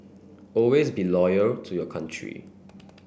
always be loyal to your country